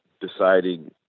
deciding